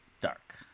Dark